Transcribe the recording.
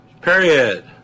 Period